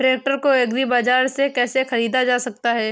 Tractor को agri बाजार से कैसे ख़रीदा जा सकता हैं?